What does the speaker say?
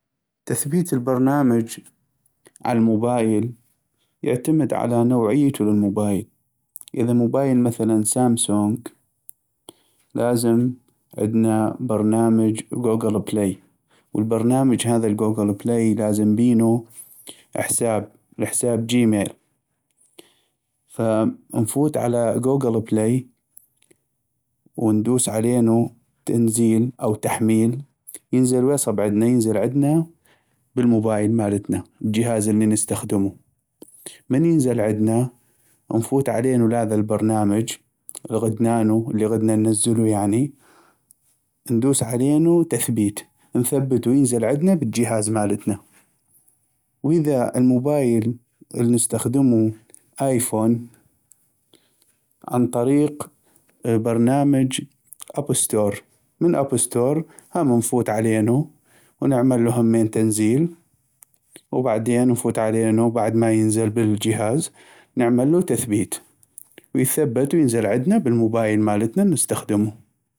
تثبيت البرنامج عالموبايل يعتمد على نوعيتو للموبايل, اذا موبايل مثلا سامسونك لازم عدنا برنامج كوكل بلي, وبرنامج هذا كوكل بلي لازم بينو حساب ، حساب جيميل ف انفوت على كوكل بلي وندوس علينو تنزيل أو تحميل ينزل ويصب عدنا ينزل عدنا بالموبايل مالتنا الجهاز اللي نستخدمو من ينزل عدنا نفوت علينو لهذا البرنامج اللي غدنانو اللي غدنا انزلو يعني ندوس علينو تثبيت انثبتو ينزل عدنا بالجهاز مالتنا ، واذا الموبايل النستخدمو ايفون عن طريق برنامج اب ستور من اب ستور هم نفوت علينو ونعملو همين تنزيل وبعدين نفوت علينو بعد ما ينزل بالجهاز نعملو تثبيت ويثبت وينزل عدنا بالموبايل النستخدمو.